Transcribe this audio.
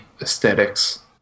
aesthetics